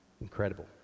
incredible